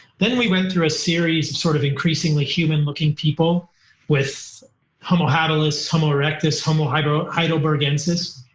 then we went through a series sort of increasingly human looking people with homo habilis, homo erectus, homo homo heidelbergensis.